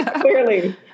clearly